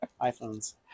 iPhones